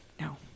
no